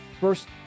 First